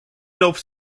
love